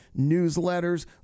newsletters